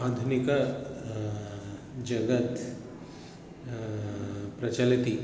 आधुनिकः जगत् प्रचलति